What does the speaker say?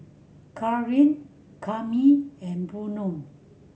Charline Cami and Bynum